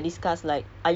mm